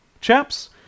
chaps